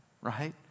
right